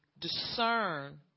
discern